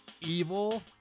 evil